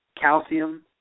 calcium